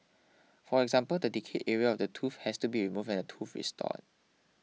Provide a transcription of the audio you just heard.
for example the decayed area of the tooth has to be removed and tooth restored